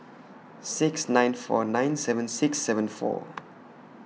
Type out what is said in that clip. six nine four nine seven six seven four